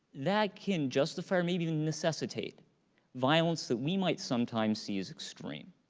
that can justify or maybe even necessitate violence that we might sometimes see as extreme.